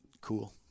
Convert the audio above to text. Cool